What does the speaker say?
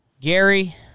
Gary